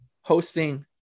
hosting